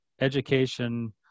education